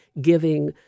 giving